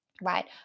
right